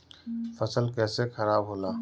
फसल कैसे खाराब होला?